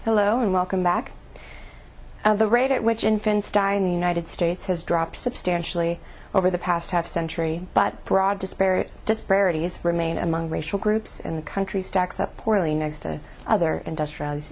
hello and welcome back the rate at which infants die in the united states has dropped substantially over the past half century but broad disparate disparities remain among racial groups in the country stacks up poorly next to other industrialized